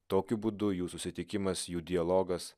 tokiu būdu jų susitikimas jų dialogas